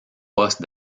poste